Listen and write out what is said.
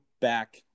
back